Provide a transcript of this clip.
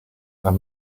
are